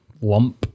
lump